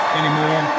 anymore